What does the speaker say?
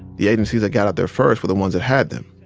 the agencies that got out there first were the ones that had them.